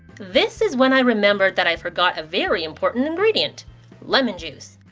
this is when i remembered that i forgot a very important ingredient lemon juice!